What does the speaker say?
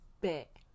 bet